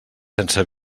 sense